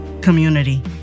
community